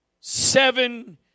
Seven